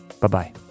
Bye-bye